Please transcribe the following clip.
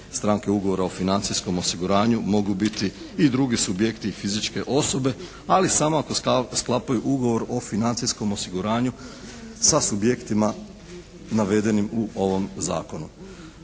stranke ugovora o financijskom osiguranju mogu biti i drugi subjekti i fizičke osobe ali samo ako sklapaju ugovor o financijskom osiguranju sa subjektima navedenim u ovom zakonu.